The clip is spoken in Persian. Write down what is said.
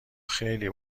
خیلی